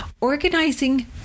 Organizing